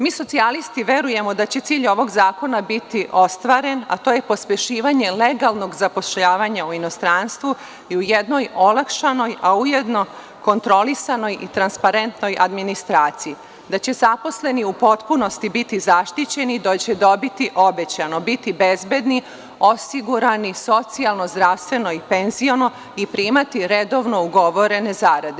Mi socijalisti verujemo da će cilj ovog zakona biti ostvaren, a to je pospešivanje legalnog zapošljavanja u inostranstvu, a ujedno kontrolisanoj i transparentnoj administraciji, da će zaposleni u potpunosti biti zaštićeni i da će dobiti obećano, biti bezbedni, osigurani socijalno, zdravstveno i penziono i primati redovno ugovorene zarade.